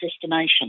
destination